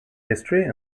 history